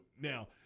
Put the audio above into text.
now